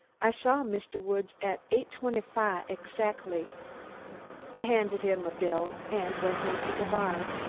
i saw mistuh woods at eight twenty-fahv exackly. i handed him a bill and went into the bar.